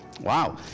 wow